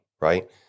Right